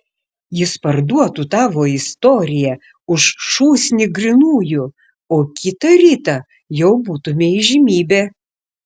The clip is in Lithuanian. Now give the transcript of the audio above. jis parduotų tavo istoriją už šūsnį grynųjų o kitą rytą jau būtumei įžymybė